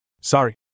Sorry